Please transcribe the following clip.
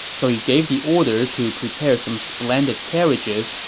so he gave the order to prepare some splendid carriages,